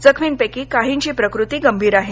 जखमींपैकी काहींची प्रकृती गंभीर आहे